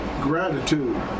Gratitude